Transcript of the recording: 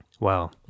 Wow